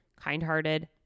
kind-hearted